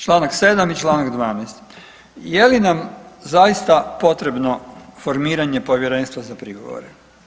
Čl. 7. i čl. 12. je li nam zaista potrebno formiranje Povjerenstva za prigovore?